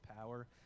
power